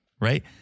right